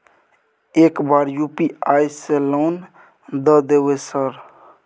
एक बार यु.पी.आई से लोन द देवे सर?